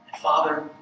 Father